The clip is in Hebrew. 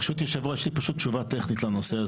ברשות היושב-ראש, יש לי תשובה טכנית לנושא הזה.